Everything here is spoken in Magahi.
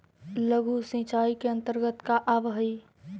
लघु सिंचाई के अंतर्गत का आव हइ?